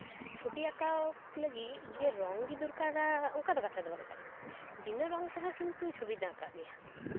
ᱪᱷᱚᱵᱤ ᱟᱸᱠᱟᱣ ᱞᱟᱹᱜᱤᱫ ᱡᱮ ᱨᱚᱝ ᱜᱮ ᱫᱚᱨᱠᱟᱨᱟ ᱚᱱᱠᱟ ᱫᱚ ᱠᱟᱛᱷᱟ ᱫᱚ ᱵᱟᱝ ᱠᱟᱱᱟ ᱵᱤᱱᱟᱹ ᱨᱚᱝ ᱛᱮᱦᱚᱸ ᱠᱤᱱᱛᱩ ᱪᱷᱚᱵᱤ ᱫᱚ ᱟᱸᱠᱟᱜ ᱜᱮᱭᱟ